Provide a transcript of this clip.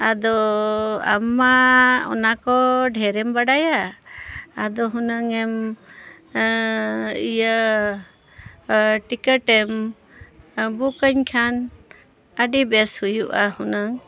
ᱟᱫᱚ ᱟᱢᱼᱢᱟ ᱚᱱᱟᱠᱚ ᱰᱷᱮᱨᱮᱢ ᱵᱟᱰᱟᱭᱟ ᱟᱫᱚ ᱦᱩᱱᱟᱹᱝᱼᱮᱢ ᱤᱭᱟᱹ ᱴᱤᱠᱤᱴᱮᱢ ᱵᱩᱠᱟᱹᱧ ᱠᱷᱟᱱ ᱟᱹᱰᱤ ᱵᱮᱥ ᱦᱩᱭᱩᱜᱼᱟ ᱦᱩᱱᱟᱹᱝ